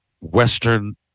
western